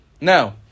Now